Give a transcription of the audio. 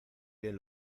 bien